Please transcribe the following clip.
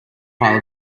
pile